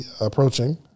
approaching